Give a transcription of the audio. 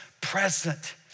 present